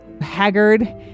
haggard